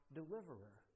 deliverer